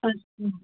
अच्छा